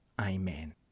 Amen